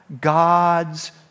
God's